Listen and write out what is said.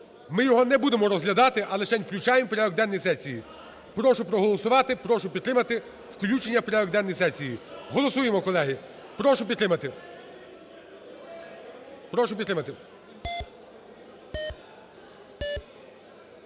Ми його не будемо розглядати, а лишень включаємо в порядок денний сесії. Прошу проголосувати. Прошу підтримати включення в порядок денний сесії. Голосуємо, колеги! Прошу підтримати.